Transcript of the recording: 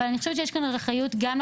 אבל אני חושבת שיש כאן אחריות גם על